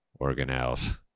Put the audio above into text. organelles